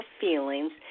feelings